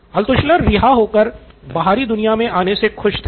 Altshuller रिहा होकर बाहरी दुनिया में आने से खुश थे